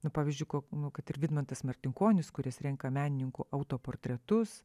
nu pavyzdžiui ko nu kad ir vidmantas martikonis kuris renka menininkų autoportretus